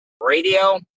radio